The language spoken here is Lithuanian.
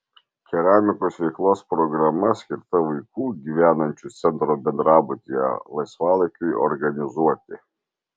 keramikos veiklos programa skirta vaikų gyvenančių centro bendrabutyje laisvalaikiui organizuoti